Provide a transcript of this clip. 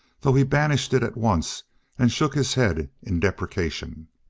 though he banished it at once and shook his head in deprecation.